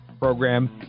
program